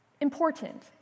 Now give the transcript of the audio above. Important